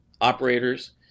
operators